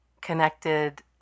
connected